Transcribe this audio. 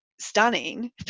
stunning